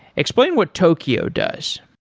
explain what tokio does?